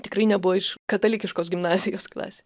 tikrai nebuvo iš katalikiškos gimnazijos klasė